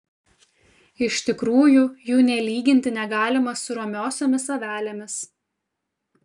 iš tikrųjų jų nė lyginti negalima su romiosiomis avelėmis